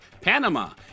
Panama